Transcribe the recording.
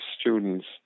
students